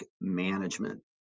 management